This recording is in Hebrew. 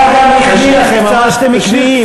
השר גם החמיא לכם, הוא אמר שאתם עקביים.